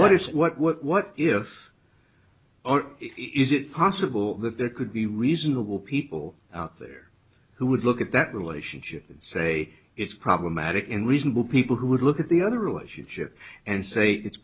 what is what what what if or is it possible that there could be reasonable people out there who would look at that relationship and say it's problematic in reasonable people who would look at the other relationship and say it's